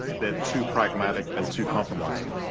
they're too pragmatic and too compromising.